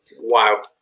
Wow